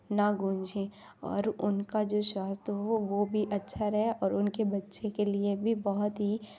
न गूंजे और उनका जो स्वास्थय हो वह भी अच्छा रहे और उनके बच्चे के लिए भी बहुत ही